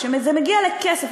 כשזה מגיע לכסף,